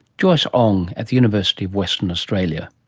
joyce ong at the university of western australia